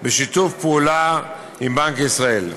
בשיתוף פעולה עם בנק ישראל.